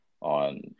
on